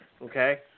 Okay